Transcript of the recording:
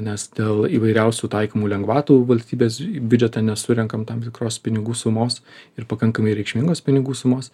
nes dėl įvairiausių taikomų lengvatų valstybės biudžete nesurenkam tam tikros pinigų sumos ir pakankamai reikšmingos pinigų sumos